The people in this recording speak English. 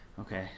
Okay